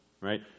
right